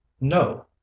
No